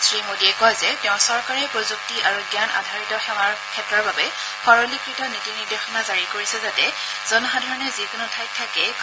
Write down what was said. শ্ৰীমোডীয়ে কয় যে তেওঁৰ চৰকাৰে প্ৰয়ক্তি আৰু জান আধাৰিত সেৱা ক্ষেত্ৰৰ বাবে সৰলীকত নীতি নিৰ্দেশনা জাৰি কৰিছে যাতে জনসাধাৰণে যিকোনো ঠাইত থাকিয়েই কাম কৰিব পাৰে